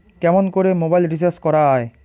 কেমন করে mobile recharge করা য়ায়?